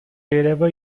wherever